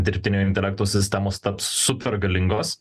dirbtinio intelekto sistemos taps super galingos